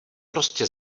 prostě